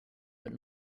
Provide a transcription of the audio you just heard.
but